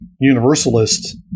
universalist